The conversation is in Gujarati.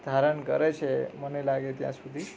ધારણ કરે છે મને લાગે ત્યાં સુધી